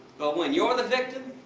but when you're the victim,